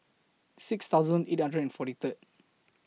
six thousand eight hundred and forty Third